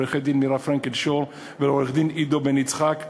לעורכת-הדין מירי פרנקל-שור ולעורך-הדין עידו בן-יצחק,